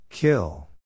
Kill